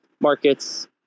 markets